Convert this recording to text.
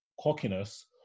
cockiness